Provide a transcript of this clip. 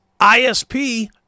ISP